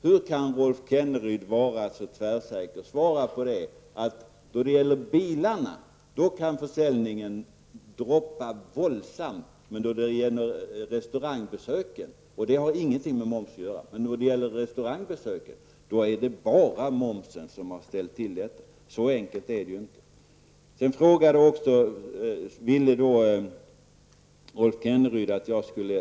Hur kan Rolf Kenneryd vara så tvärsäker på att just bilförsäljningen kan falla våldsamt utan att det har någonting med momsen att göra, medan bara momsen har ställt till detta då det gäller restaurangbesöken? Så enkelt är det ju inte.